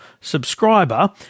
subscriber